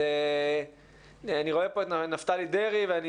אז אני רואה פה את נפתלי דרעי ואני